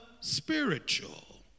spiritual